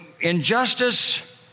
Injustice